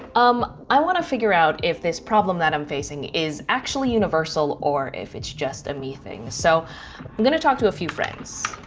um i wanna figure out if this problem that i'm facing is actually universal, or if it's just a me-thing. so i'm gonna talk to a few friends.